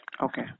okay